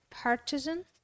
Partisan